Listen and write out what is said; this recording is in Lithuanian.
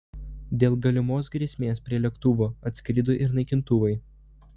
dėl galimos grėsmės prie lėktuvo atskrido ir naikintuvai